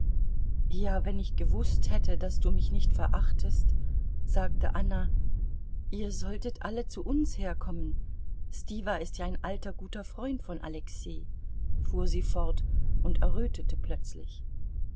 ja wenn ich gewußt hätte daß du mich nicht verachtest sagte anna ihr solltet alle zu uns herkommen stiwa ist ja ein alter guter freund von alexei fuhr sie fort und errötete plötzlich